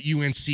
UNC